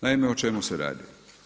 Naime, o čemu se radi?